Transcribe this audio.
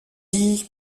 dit